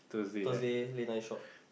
Thursday late night shop